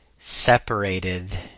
separated